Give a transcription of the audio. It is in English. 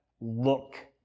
look